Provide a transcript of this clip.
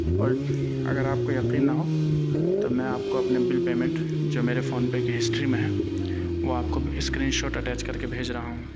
اور اگر آپ کو یقین نہ ہو تو میں آپ کو اپنے بل پیمنٹ جو میرے فونپے کی ہسٹری میں ہے وہ آپ کو ب اسکرینشاٹ اٹیچ کر کے بھیج رہا ہوں